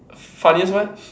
funniest what